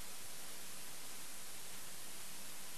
תראה את תיאטרון האבסורד, אחרי